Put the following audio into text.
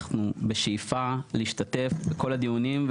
אנחנו בשאיפה להשתתף בכל הדיונים,